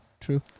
true